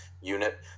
unit